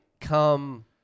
come